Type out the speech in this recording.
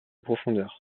profondeur